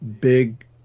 big